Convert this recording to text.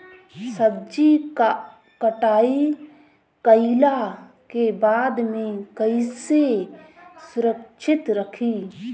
सब्जी क कटाई कईला के बाद में कईसे सुरक्षित रखीं?